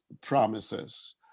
promises